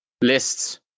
lists